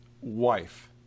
wife